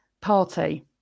party